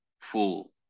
full